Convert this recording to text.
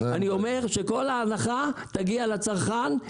אני אומר שכל ההנחה תגיע לצרכן,